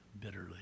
bitterly